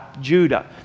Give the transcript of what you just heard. Judah